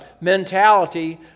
mentality